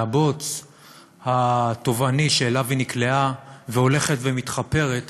מהבוץ הטובעני שאליו היא נקלעה והולכת ומתחפרת